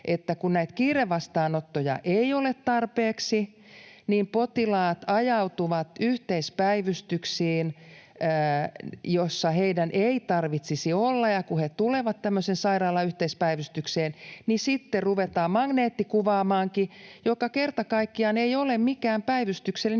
että kun näitä kiirevastaanottoja ei ole tarpeeksi, niin potilaat ajautuvat yhteispäivystyksiin, joissa heidän ei tarvitsisi olla. Ja kun he tulevat tämmöisen sairaalan yhteispäivystykseen, niin sitten ruvetaan magneettikuvaamaankin, ja se kerta kaikkiaan ei ole mikään päivystyksellinen